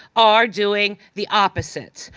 are doing the opposite.